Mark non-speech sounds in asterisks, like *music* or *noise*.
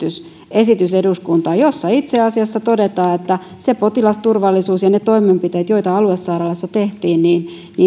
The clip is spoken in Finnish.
esitys eduskuntaan jossa itse asiassa todetaan että *unintelligible* se potilasturvallisuus ja ne toimenpiteet joita aluesairaaloissa tehtiin